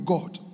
God